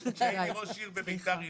כשהייתי ראש עיר בביתר עילית,